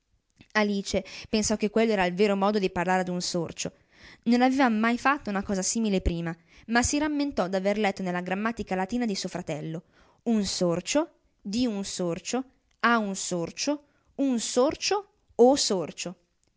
alice pensò che quello era il vero modo di parlare ad un sorcio non aveva mai fatto una cosa simile prima ma si rammentò d'aver letto nella grammatica latina di suo fratello un sorcio di un sorcio a un sorcio un sorcio o sorcio il sorcio